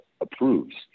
approves